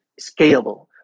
scalable